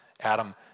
Adam